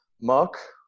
Mark